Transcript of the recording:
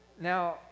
now